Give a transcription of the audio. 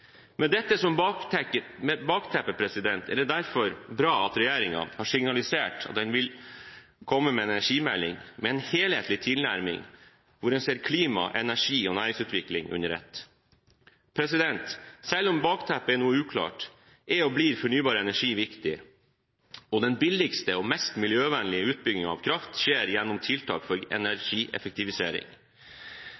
Med dette som bakteppe er det derfor bra at regjeringen har signalisert at den vil komme med en energimelding med en helhetlig tilnærming hvor en ser klima, energi og næringsutvikling under ett. Selv om bakteppet er noe uklart, er og blir fornybar energi viktig, og den billigste og mest miljøvennlige utbyggingen av kraft skjer gjennom tiltak for